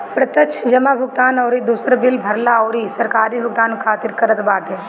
प्रत्यक्ष जमा भुगतान अउरी दूसर बिल भरला अउरी सरकारी भुगतान खातिर करत बाटे